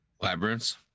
Labyrinths